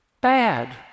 bad